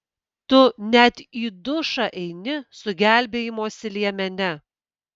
tu net į dušą eini su gelbėjimosi liemene